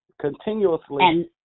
Continuously